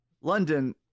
London